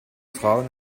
frauen